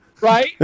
Right